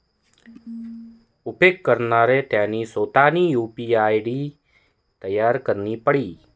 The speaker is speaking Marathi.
उपेग करणाराले त्यानी सोतानी यु.पी.आय आय.डी तयार करणी पडी